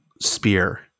spear